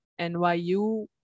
NYU